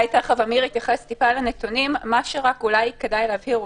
כדאי להבהיר,